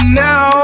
now